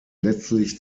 letztlich